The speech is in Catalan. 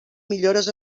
millores